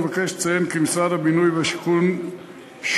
אבקש לציין כי משרד הבינוי והשיכון שוקל